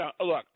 Look